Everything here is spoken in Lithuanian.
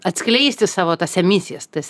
atskleisti savo tas emisijas tas